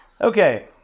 Okay